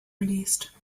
released